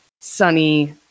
sunny